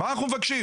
מה אנחנו מבקשים?